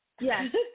yes